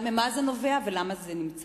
ממה זה נובע ולמה זה נמצא?